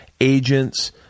agents